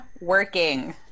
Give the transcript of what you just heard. working